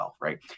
Right